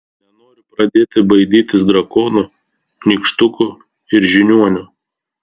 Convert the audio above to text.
nenoriu pradėti baidytis drakonų nykštukų ir žiniuonių